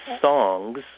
songs